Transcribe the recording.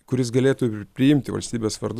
kuris galėtų ir priimti valstybės vardu